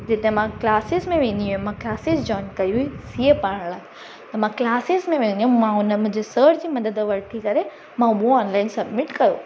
जिते मां क्लासिस में वेंदी हुयमि मां क्लासिस जॉइन कई हुई सी ए पढ़णु लाइ त मां क्लासिस में वेंदी हुअमि मां उन में रिसर्च में मदद वठी करे मां उहा ऑनलाइन सब्मिट कयो